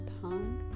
tongue